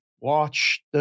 Watch